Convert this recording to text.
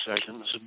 sessions